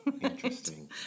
Interesting